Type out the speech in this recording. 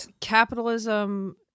capitalism